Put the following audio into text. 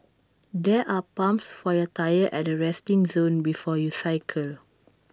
there are pumps for your tyres at the resting zone before you cycle